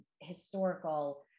historical